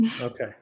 Okay